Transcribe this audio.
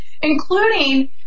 including